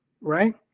right